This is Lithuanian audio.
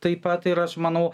taip pat ir aš manau